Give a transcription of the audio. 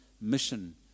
mission